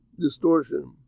distortion